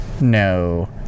No